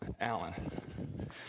Alan